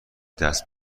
دست